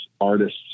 artists